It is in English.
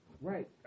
right